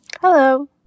Hello